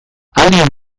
allium